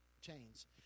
chains